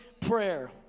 prayer